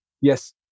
yes